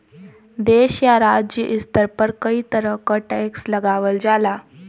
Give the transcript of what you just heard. देश या राज्य स्तर पर कई तरह क टैक्स लगावल जाला